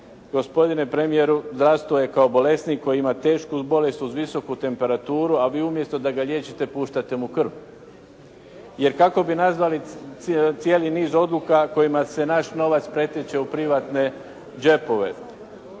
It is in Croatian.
Gospodine premijeru, zdravstvo je kao bolesnik koji ima tešku bolest uz visoku temperaturu, a vi umjesto da ga liječite, puštate mu krv. Jer kako bi nazvali cijeli niz odluka kojima se naš novac pretječe u privatne džepove.